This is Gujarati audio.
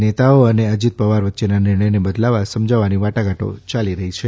નેતાઓ અને અજીત પવાર વચ્ચેના નિર્ણયને બદલવા સમજાવવાની વાટાઘાટો યાલી રહી છે